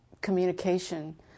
communication